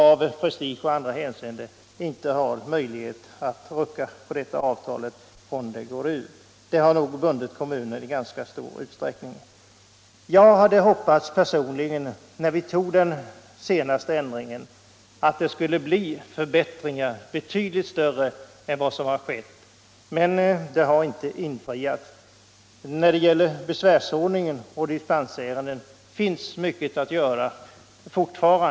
Av prestigeskäl och andra skäl har man inga möjligheter att ändra på nuvarande förhållanden. Sådana avtal har nog i ganska stor utsträckning bundit upp kommunerna. När vi i riksdagen genomförde den senaste ändringen hoppades jag personligen att det skulle bli betydligt större förbättringar än vad som blivit fallet. I fråga om besvärsordningen och dispensärenden finns fort farande mycket att göra.